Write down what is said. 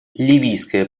ливийское